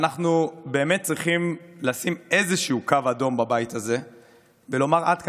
ואנחנו באמת צריכים לשים איזשהו קו אדום בבית הזה ולומר: עד כאן,